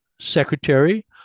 secretary